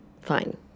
fine